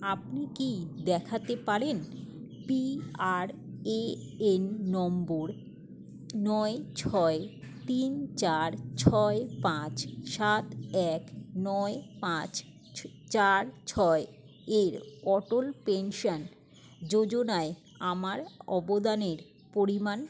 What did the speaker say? আপনি কি দেখাতে পারেন পি আর এ এন নম্বর নয় ছয় তিন চার ছয় পাঁচ সাত এক নয় পাঁচ ছ চার ছয় এর অটল পেনশান যোজনায় আমার অবদানের পরিমাণ